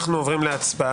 אנחנו עוברים להצבעה.